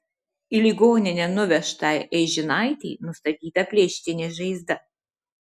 į ligoninę nuvežtai eižinaitei nustatyta plėštinė žaizda